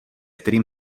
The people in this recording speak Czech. kterým